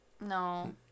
No